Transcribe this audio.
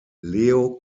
leo